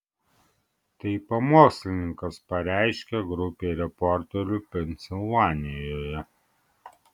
tai pamokslininkas pareiškė grupei reporterių pensilvanijoje